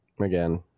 Again